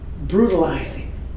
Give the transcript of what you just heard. brutalizing